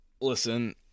Listen